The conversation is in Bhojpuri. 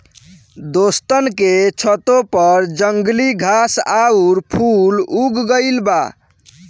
दोस्तन के छतों पर जंगली घास आउर फूल उग गइल बा